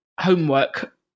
homework